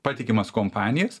patikimas kompanijas